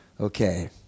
okay